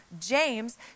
James